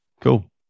cool